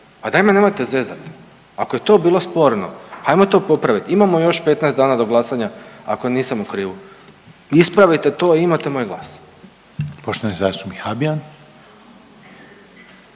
pa daj me nemojte zezat. Ako je to bilo sporno, ajmo to popraviti imamo još 15 dana do glasanja ako nisam u krivu. Ispravite to i imate moj glas. **Reiner, Željko